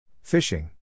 Fishing